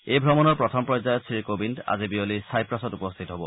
এই ভ্ৰমণৰ প্ৰথম পৰ্যায়ত শ্ৰীকোবিন্দ আজি বিয়লি ছাইপ্ৰাছত উপস্থিত হ'ব